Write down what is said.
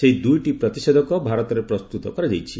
ସେହି ଦୁଇଟି ପ୍ରତିଷେଧକ ଭାରତରେ ପ୍ରସ୍ତୁତ କରାଯାଇଛି